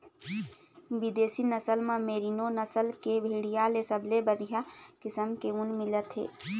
बिदेशी नसल म मेरीनो नसल के भेड़िया ले सबले बड़िहा किसम के ऊन मिलथे